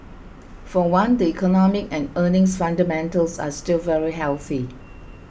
for one the economic and earnings fundamentals are still very healthy